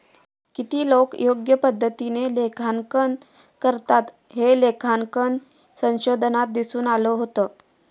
किती लोकं योग्य पद्धतीने लेखांकन करतात, हे लेखांकन संशोधनात दिसून आलं होतं